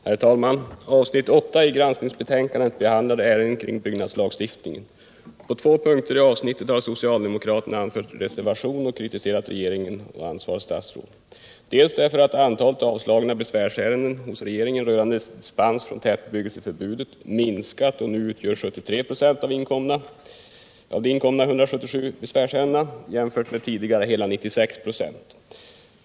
Herr talman! Avsnitt 8 i granskningsbetänkandet behandlar byggnadslagstiftningsärenden. På två punkter i avsnittet har socialdemokraterna anfört reservation och kritiserat regeringen och ansvarigt statsråd. För det första har man pekat på att antalet avslagna besvärsärenden hos regeringen rörande dispens från tätbebyggelseförbudet minskat och nu utgör 73 96 av de inkomna 177 besvärsärendena jämfört med tidigare hela 96 96.